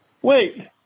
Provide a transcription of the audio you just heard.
Wait